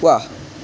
ৱাহ